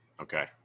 okay